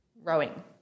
rowing